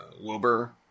Wilbur